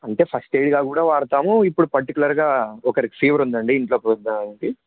అంటే ఫస్ట్ ఎయిడ్గా కూడా వాడతాము ఇప్పుడు పర్టికులర్గా ఒకరికి ఫీవర్ ఉందండి ఇంట్లో